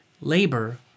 labor